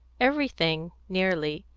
everything, nearly,